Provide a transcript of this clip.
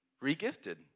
re-gifted